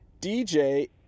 DJ